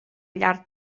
llarg